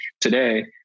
today